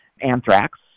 anthrax